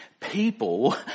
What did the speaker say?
people